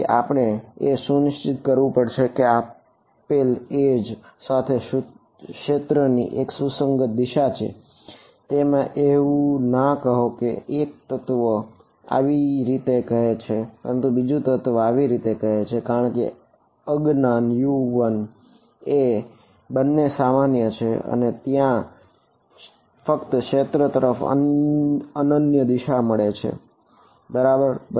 તેથી આપણે એ સુનિશ્ચિત કરવું પડશે કે આપેલ એજ સાથે ક્ષેત્રની એક સુસંગત દિશા છે તેમાં એવું ના કહે કે 1 તત્વ આવી રીતે કહે છે અને બીજું તત્વ આવી રીતે કહે છે કારણ કે અજ્ઞાન U1 એ બંને માટે સામાન્ય છે અને ત્યાં ફક્ત ક્ષેત્ર તરફ અનન્ય દિશા છે બરાબર